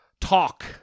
talk